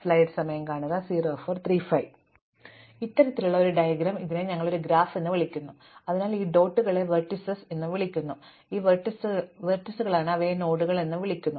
അതിനാൽ ഇത്തരത്തിലുള്ള ഒരു ഡയഗ്രം ഇതിനെ ഞങ്ങൾ ഒരു ഗ്രാഫ് എന്ന് വിളിക്കുന്നു അതിനാൽ ഈ ഡോട്ടുകളെ വെർട്ടീസുകൾ എന്ന് വിളിക്കുന്നു അതിനാൽ ഇവ വെർട്ടീസുകളാണ് അവയെ നോഡുകൾ എന്നും വിളിക്കുന്നു